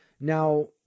Now